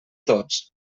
tots